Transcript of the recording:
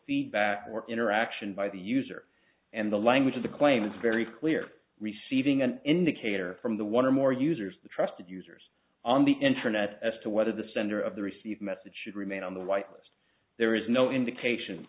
feedback or interaction by the user and the language of the claim is very clear receiving an indicator from the one or more users the trusted users on the internet as to whether the sender of the receive message should remain on the white list there is no indication th